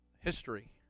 history